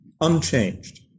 unchanged